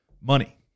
money